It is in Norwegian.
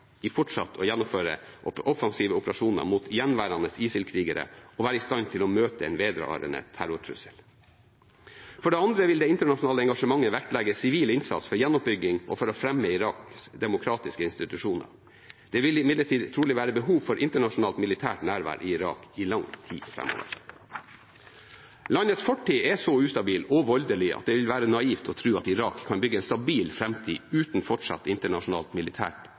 fortsatt å gjennomføre offensive operasjoner mot gjenværende ISIL-krigere og være i stand til å møte en vedvarende terrortrussel. For det andre vil det internasjonale engasjementet vektlegge sivil innsats for gjenoppbygging og for å fremme Iraks demokratiske institusjoner. Det vil imidlertid trolig være behov for internasjonalt militært nærvær i Irak i lang tid framover. Landets fortid er så ustabil og voldelig at det ville være naivt å tro at Irak kan bygge en stabil framtid uten fortsatt